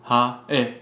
!huh! eh